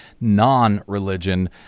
non-religion